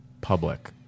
public